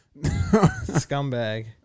Scumbag